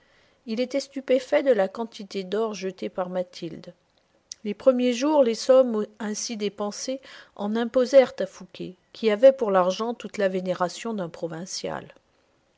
il était stupéfait de la quantité d'or jeté par mathilde les premiers jours les sommes ainsi dépensées en imposèrent à fouqué qui avait pour l'argent toute la vénération d'un provincial